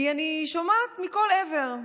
כי אני שומעת מכל עבר,